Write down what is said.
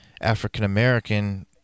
African-American